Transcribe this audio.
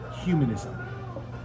humanism